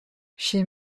chez